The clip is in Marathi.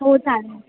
हो चालेल